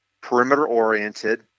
perimeter-oriented